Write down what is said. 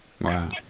Wow